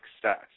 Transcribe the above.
success